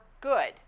good